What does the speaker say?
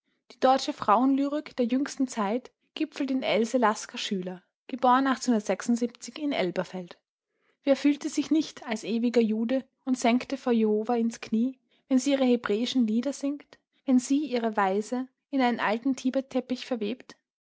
die deutsche frauenlyrik der jüngsten zeit gipfelt in else laska schüler in elberfeld wer fühlte sich nicht als ewiger jude und sänke vor jehova ins knie wenn sie ihre hebräischen lieder singt wenn sie ihre verse in einen alten tibetteppich verwebt